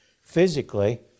physically